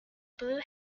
blue